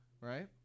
right